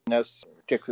nes tiek